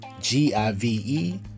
G-I-V-E